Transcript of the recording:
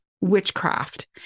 witchcraft